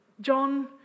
John